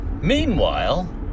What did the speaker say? Meanwhile